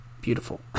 beautiful